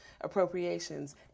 appropriations